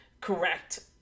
Correct